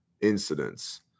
incidents